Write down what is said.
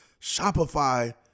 Shopify